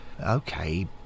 Okay